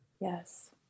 Yes